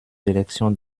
élections